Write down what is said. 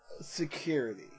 security